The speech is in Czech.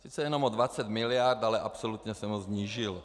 Sice jenom o 20 mld., ale absolutně jsem ho snížil.